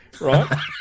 Right